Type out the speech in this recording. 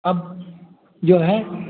अब जो है